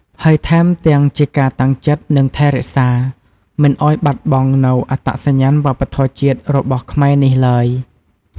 ហើយថែមទាំងជាការតាំងចិត្ត និងថែរក្សាមិនឱ្យបាត់បង់នូវអត្តសញ្ញាណវប្បធម៌ជាតិរបស់ខ្មែរនេះឡើយ។